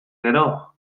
gero